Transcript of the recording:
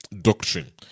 doctrine